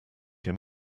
him